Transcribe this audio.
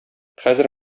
хәзер